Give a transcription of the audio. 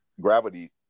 Gravity